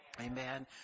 Amen